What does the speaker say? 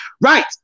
Right